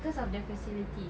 cause of the facilities